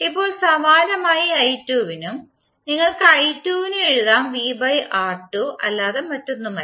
ഇപ്പോൾ സമാനമായി i2 നും നിങ്ങൾക്ക് i2 എഴുതാം അല്ലാതെ മറ്റൊന്നുമല്ല